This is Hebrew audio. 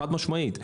חד משמעית.